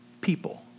people